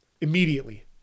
immediately